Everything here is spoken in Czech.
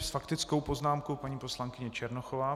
S faktickou poznámkou paní poslankyně Černochová.